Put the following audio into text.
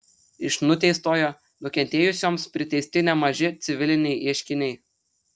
iš nuteistojo nukentėjusioms priteisti nemaži civiliniai ieškiniai